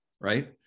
right